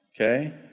Okay